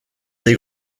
des